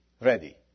ready